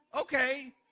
Okay